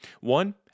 One